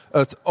het